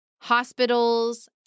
hospitals